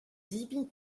debriñ